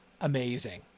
amazing